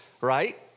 right